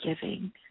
giving